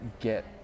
get